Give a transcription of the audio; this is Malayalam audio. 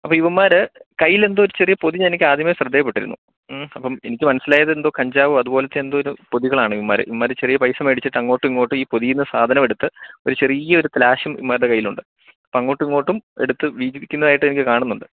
അപ്പം ഇവന്മാർ കയ്യിൽ എന്തോ ഒരു ചെറിയ പൊതി എനിക്കാദ്യമേ ശ്രദ്ധയിൽ പെട്ടിരുന്നു അപ്പം എനിക്ക് മനസിലായത് എന്തോ കഞ്ചാവോ അതുപോലെത്തെ എന്തോ ഒരു പൊതികളാണ് ഇവന്മാർ ഇവന്മാർ ചെറിയ പൈസ മേടിച്ചിട്ട് അങ്ങോട്ടും ഇങ്ങോട്ടും ഈ പൊതിയിൽ നിന്ന് സാധനം എടുത്ത് ഒരു ചെറിയൊരു ത്ലാഷും ഇവന്മാരുടെ കയ്യിൽ ഉണ്ട് അപ്പം അങ്ങോട്ടുമിങ്ങോട്ടും എടുത്ത് വീതിക്കുന്നതായിട്ട് എനിക്ക് കാണുന്നുണ്ട്